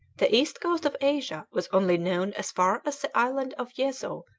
the east coast of asia was only known as far as the island of yezo,